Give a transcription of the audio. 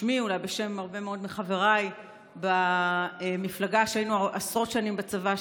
בשמי ואולי בשם הרבה מאוד מחבריי במפלגה שהיינו עשרות שנים בצבא,